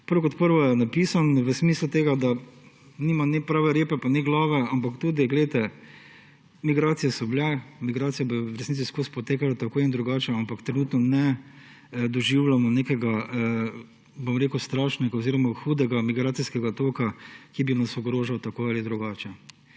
prvo kot prvo je napisan v smislu, da nima ne pravega repa ne glave. Poglejte, migracije so bile, migracije bodo v resnici vseskozi potekale tako in drugače, ampak trenutno ne doživljamo nekega strašnega oziroma hudega migracijskega toka, ki bi nas ogrožal tako ali drugače.